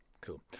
Cool